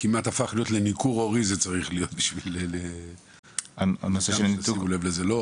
כמו ניכור הורי כדי שאנשים ישימו לב לזה.